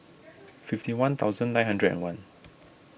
fifty one thousand nine hundred and one